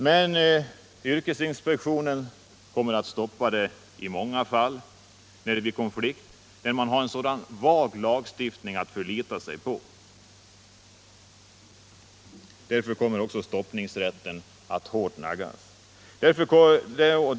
Med en så här vag lagstiftning kommer yrkesinspektionen att upphäva många stopp när det blir konflikt.